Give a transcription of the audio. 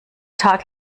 tag